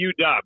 UW